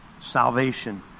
salvation